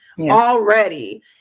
already